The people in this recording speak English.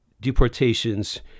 deportations